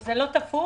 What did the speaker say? וזה לא תפור?